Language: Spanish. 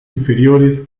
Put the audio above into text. inferiores